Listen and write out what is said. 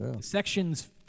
sections